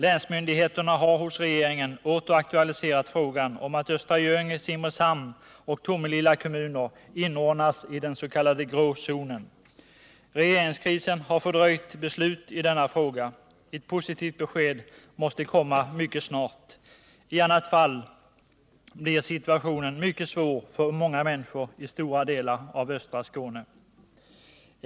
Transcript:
Länsmyndigheterna har hos regeringen åter aktualiserat frågan om Östra Göinges, Simrishamns och Tomelilla kommuns inordnande i den s.k. grå zonen. Regeringskrisen har fördröjt beslut i denna fråga. Ett positivt besked måste komma mycket snart. I annat fall blir situationen mycket svår för många människor i stora delar av östra Skåne.